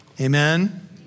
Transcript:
Amen